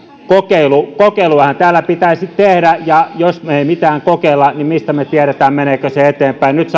kokeiluahan täällä pitäisi tehdä ja jos me emme mitään kokeile niin mistä me tiedämme meneekö se eteenpäin nyt